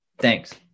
Thanks